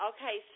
Okay